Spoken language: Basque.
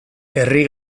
herri